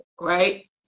right